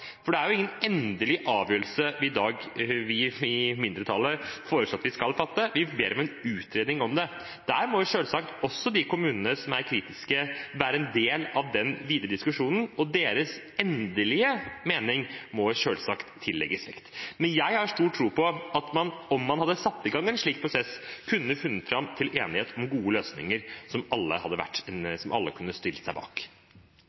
for det er ingen endelig avgjørelse vi i mindretallet foreslår at vi skal fatte i dag. Vi ber om en utredning av det. Da må selvsagt også de kommunene som er kritiske, være en del av den videre diskusjonen, og deres endelige mening må selvsagt tillegges vekt. Men jeg har stor tro på at man om man hadde satt i gang en slik prosess, kunne funnet fram til enighet om gode løsninger som alle kunne stilt seg bak.